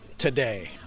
today